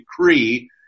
decree